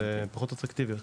אז הן פחות אטרקטיביות.